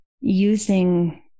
using